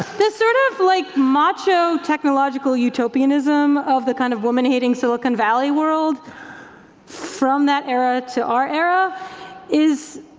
the sort of like macho-technological utopianism of the kind of woman-hating silicon valley world from that era to our era is,